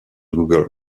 google